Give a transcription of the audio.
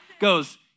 goes